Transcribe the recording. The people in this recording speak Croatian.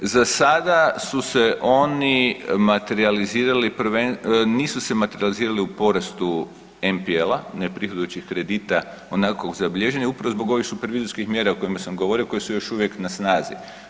Za sada su se oni materijalizirali .../nerazumljivo/... nisu se materijalizirali u porastu MPL-a, neprihodujućih kredita onako zabilježene, upravo zbog ovih supervizorskih mjera o kojima sam govorio, koje su još uvijek na snazi.